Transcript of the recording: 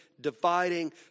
dividing